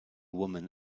woman